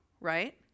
right